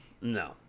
no